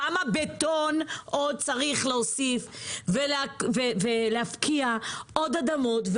כמה בטון צריך להוסיף כדי להפקיע עוד אדמות,